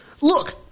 look